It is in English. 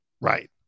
Right